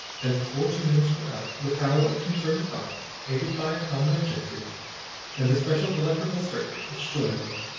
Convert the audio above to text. and before two minutes were up, the power of concerted thought, aided by a common objective and the special electrical circuit which joined them,